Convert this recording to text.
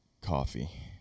coffee